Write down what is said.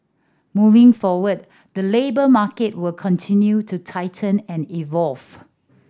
moving forward the labour market will continue to tighten and evolve